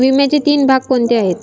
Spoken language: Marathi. विम्याचे तीन भाग कोणते आहेत?